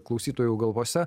klausytojų galvose